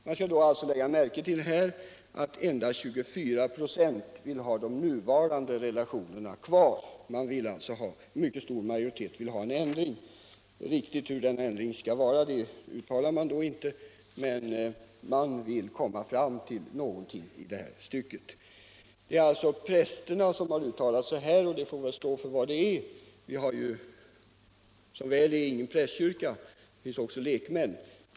Man skall lägga märke till att endast 24 926 vill ha kvar de nuvarande relationerna. En mycket stor majoritet vill få en ändring till stånd, men hur den ändringen i detalj skall göras säger man ingenting om. Man vill emellertid komma fram till någonting nytt härvidlag. Det är alltså prästerna som har uttalat sig på detta sätt, och det får gälla för vad det kan. Vi har ju som väl är ingen prästkyrka, utan det finns också lekmän.